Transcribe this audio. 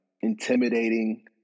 intimidating